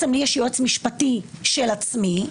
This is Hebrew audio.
יש לי יועץ משפטי של עצמי,